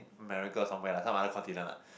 America something lah some other continent lah